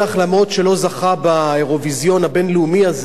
למרות שלא זכה באירוויזיון הבין-לאומי הזה,